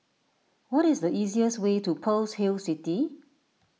what is the easiest way to Pearl's Hill City